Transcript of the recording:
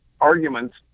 arguments